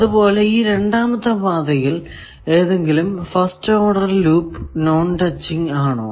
അതുപോലെ ഈ രണ്ടാമത്തെ പാതയിൽ ഏതെങ്കിലും first order loop non touching ആണോ